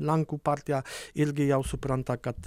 lenkų partija irgi jau supranta kad